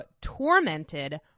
tormented